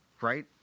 Right